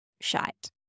shite